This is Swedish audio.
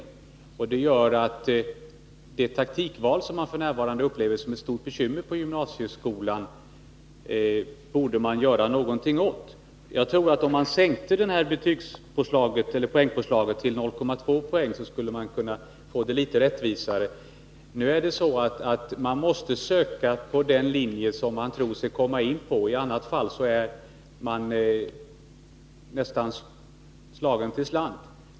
Därför borde det göras någonting åt det taktikval som man f. n. upplever som ett stort bekymmer på gymnasieskolan. Om man sänkte detta poängpåslag till 0,2 poäng skulle man, tror jag, kunna få systemet litet rättvisare. Nu är det så att man måste söka på den linje som man tror sig komma in på — i annat fall är man nästan slagen till slant.